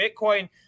Bitcoin